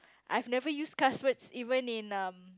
I have never used cuss words even in um